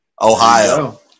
Ohio